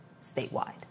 statewide